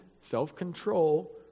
self-control